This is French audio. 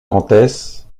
comtesse